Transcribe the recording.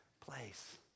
place